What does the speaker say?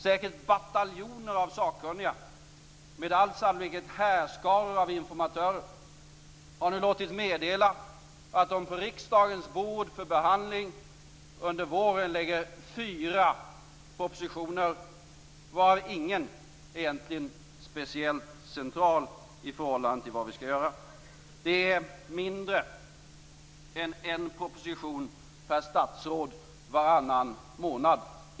säkert bataljoner av sakkunniga och med all sannolikhet härskaror av informatörer, har nu låtit meddela att man på riksdagens bord för behandling under våren lägger fyra propositioner, varav ingen är speciellt central i förhållande till vad vi skall göra. Det är mindre än en proposition per statsråd varannan månad.